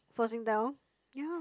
for Singtel yeah